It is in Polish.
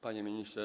Panie Ministrze!